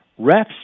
Refs